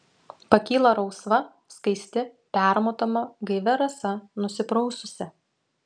pakyla rausva skaisti permatoma gaivia rasa nusipraususi